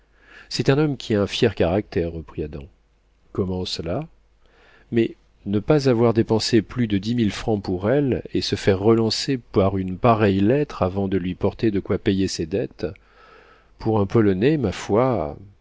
c'est un homme qui a un fier caractère reprit adam comment cela mais ne pas avoir dépensé plus de dix mille francs pour elle et se faire relancer par une pareille lettre avant de lui porter de quoi payer ses dettes pour un polonais ma foi